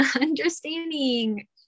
understanding